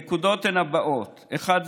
הנקודות הן הבאות: אחת,